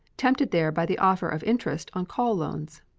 tempted there by the offer of interest on call loans.